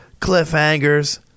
cliffhangers